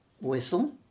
whistle